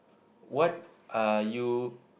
what are you